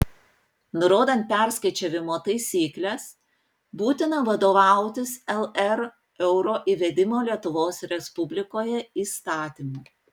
nurodant perskaičiavimo taisykles būtina vadovautis lr euro įvedimo lietuvos respublikoje įstatymu